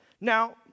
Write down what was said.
now